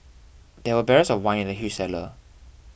there were barrels of wine in the huge cellar